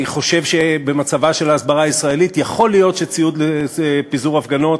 אני חושב שבמצבה של ההסברה הישראלית יכול להיות שציוד לפיזור הפגנות